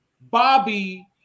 Bobby